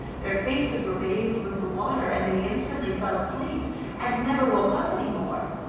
their faces were bathed with the water, and they instantly fell asleep and never woke up any more.